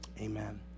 amen